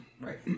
Right